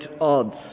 odds